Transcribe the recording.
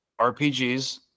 RPGs